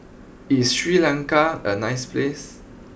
is Sri Lanka a nice place